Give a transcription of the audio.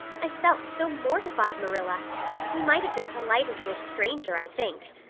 i felt so mortified, marilla he might have been politer to a stranger, i think.